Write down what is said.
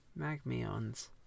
Magmions